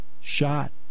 shot